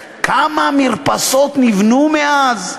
כמה מרפסות נבנו מאז,